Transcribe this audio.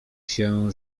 się